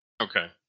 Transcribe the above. Okay